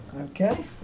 Okay